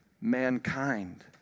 mankind